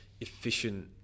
efficient